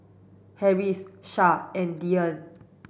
Harris Shah and Dian